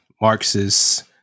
Marxist